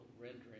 rendering